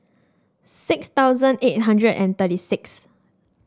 six thousand eight hundred and thirty sixth